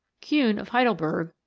kuhne, of heidelberg,